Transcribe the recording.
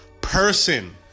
Person